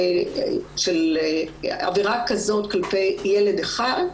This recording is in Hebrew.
של אווירה כזאת כלפי ילד אחד,